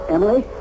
Emily